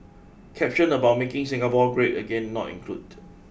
caption about making Singapore great again not included